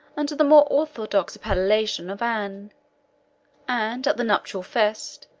under the more orthodox appellation of anne and, at the nuptial feast,